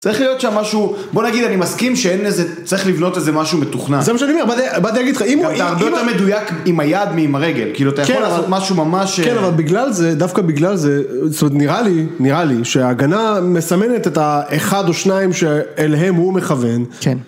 צריך להיות שם משהו, בוא נגיד אני מסכים שאין איזה, צריך לבנות איזה משהו מתוכנן. זה מה שאני אומר, באתי להגיד לך, אם... כי אתה מדויק עם היד מעם הרגל, כאילו אתה יכול לעשות משהו ממש... כן, אבל בגלל זה, דווקא בגלל זה, זאת אומרת נראה לי, נראה לי שההגנה מסמנת את האחד או שניים שאליהם הוא מכוון. כן.